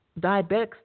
diabetics